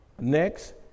Next